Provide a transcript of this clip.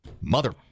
Mother